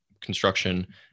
construction